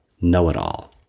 know-it-all